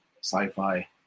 sci-fi